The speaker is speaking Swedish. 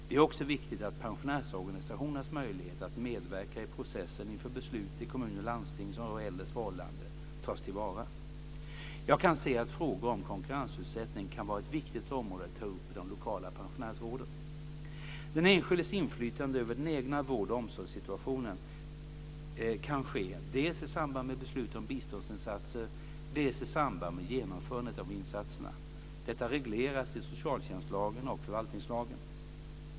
Det är också viktigt att pensionärsorganisationernas möjlighet att medverka i processen inför beslut i kommuner och landsting som rör äldres förhållanden tas till vara. Jag kan se att frågor om konkurrensutsättning kan vara ett viktigt område att ta upp i de lokala pensionärsråden. Den enskildes inflytande över den egna vård och omsorgssituationen kan ske dels i samband med beslut om biståndsinsatser, dels i samband med genomförandet av insatserna. Detta regleras i socialtjänstlagen och förvaltningslagen.